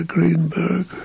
Greenberg